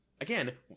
again